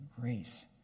grace